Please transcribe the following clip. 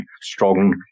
strong